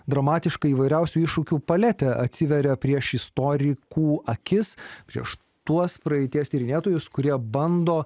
dramatiška įvairiausių iššūkių paletė atsiveria prieš istorikų akis prieš tuos praeities tyrinėtojus kurie bando